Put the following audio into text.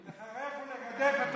זה החברים החדשים.